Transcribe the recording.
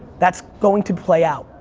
that's going to play out,